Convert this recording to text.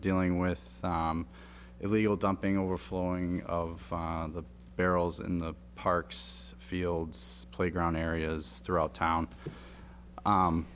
dealing with illegal dumping overflowing of the barrels in the parks fields playground areas throughout town